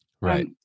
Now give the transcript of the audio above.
Right